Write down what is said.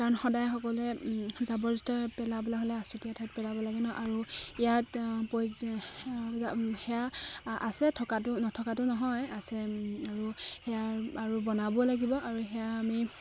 কাৰণ সদায় সকলোৱে জাবৰ জোথৰ পেলাবলৈ হ'লে আচুতীয়া ঠাইত পেলাব লাগে নহ্ আৰু ইয়াত সেয়া আছে থকাটো নথকাটো নহয় আছে আৰু সেয়া আৰু বনাব লাগিব আৰু সেয়া আমি